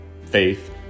Faith